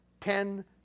Ten